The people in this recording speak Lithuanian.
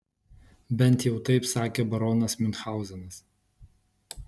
bent jau taip sakė baronas miunchauzenas